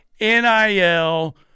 NIL